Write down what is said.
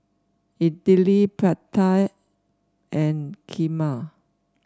Idili Pad Thai and Kheema